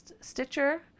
Stitcher